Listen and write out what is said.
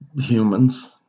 humans